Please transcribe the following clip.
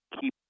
keep